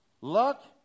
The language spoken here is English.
Luck